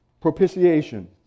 Propitiation